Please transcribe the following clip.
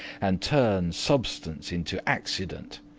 and turne substance into accident,